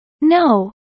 No